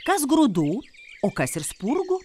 kas grūdų o kas ir spurgų